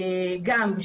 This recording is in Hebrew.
גם כן.